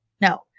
no